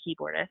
keyboardist